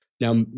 Now